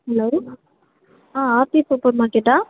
hello ஆ Aarti super மார்க்கெட்டா